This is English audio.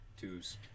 twos